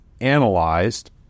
analyzed